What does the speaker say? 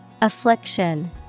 Affliction